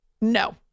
No